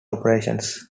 operations